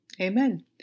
Amen